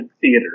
theater